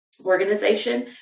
organization